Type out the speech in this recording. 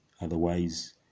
otherwise